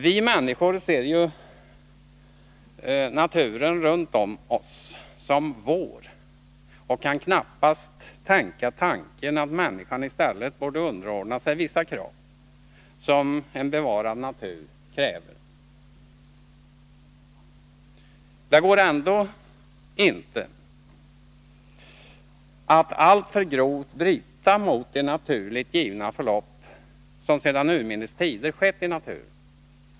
Vi människor ser ju naturen runt oss som vår och kan knappast tänka tanken att människan i stället borde underordna sig vissa krav som en bevarad natur ställer. Det går ändå inte att alltför grovt bryta mot de naturligt givna förlopp som sedan urminnes tid skett i naturen.